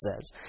says